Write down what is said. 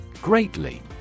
Greatly